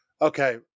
okay